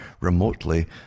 remotely